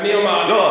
לא,